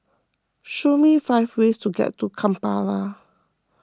show me five ways to get to Kampala